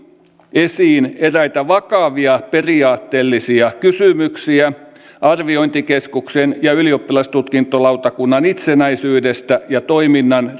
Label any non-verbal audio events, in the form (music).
esiin eräitä vakavia periaatteellisia kysymyksiä arviointikeskuksen ja ylioppilastutkintolautakunnan itsenäisyydestä ja toiminnan (unintelligible)